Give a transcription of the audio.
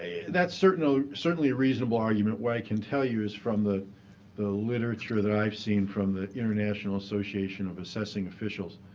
that's certainly a reasonable argument. what i can tell you is from the the literature that i've seen from the international association of assessing officials,